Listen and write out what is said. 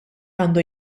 għandu